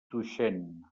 tuixén